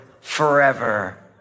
forever